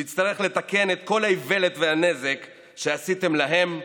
שיצטרך לתקן את כל האיוולת והנזק שעשיתם להם,